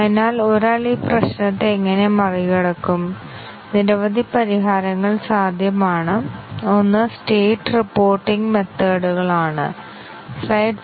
അതിനാൽ ഒരാൾ ഈ പ്രശ്നത്തെ എങ്ങനെ മറികടക്കും നിരവധി പരിഹാരങ്ങൾ സാധ്യമാണ് ഒന്ന് സ്റ്റേറ്റ് റിപ്പോർട്ടിംഗ് മെത്തേഡുകൾ ആണ്